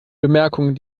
bemerkungen